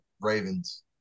Ravens